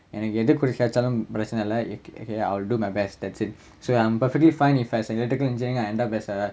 எனக்கு எத குடிச்சாலும் பிரச்சன இல்ல:enakku etha kudichalum pirachana illa if K K I'll do my best that's it so I'm perfectly fine if electrical engineering I end up as a